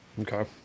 Okay